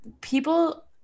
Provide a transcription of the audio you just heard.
people